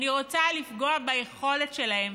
אני רוצה לפגוע ביכולת שלהם